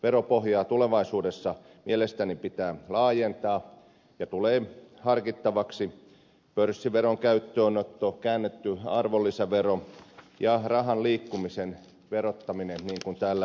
veropohjaa tulevaisuudessa mielestäni pitää laajentaa ja tulee harkittavaksi pörssiveron käyttöönotto käännetty arvonlisävero ja rahan liikkumisen verottaminen niin kuin täällä ed